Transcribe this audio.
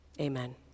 amen